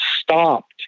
stopped